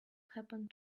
happened